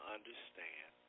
Understand